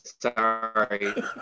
Sorry